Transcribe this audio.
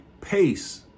pace